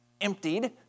emptied